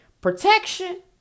Protection